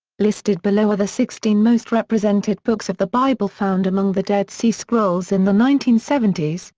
listed below are the sixteen most represented books of the bible found among the dead sea scrolls in the nineteen seventy s,